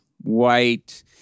white